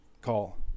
call